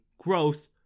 growth